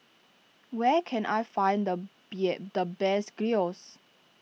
where can I find the bet the best Gyros